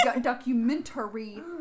documentary